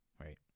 Right